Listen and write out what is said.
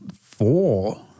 four